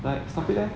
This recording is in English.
like stop it eh